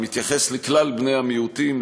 מתייחס לכלל בני המיעוטים,